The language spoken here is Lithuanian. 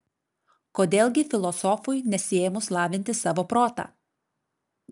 kodėl gi filosofui nesiėmus lavinti savo protą